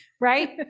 right